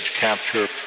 Capture